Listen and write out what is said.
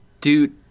Dude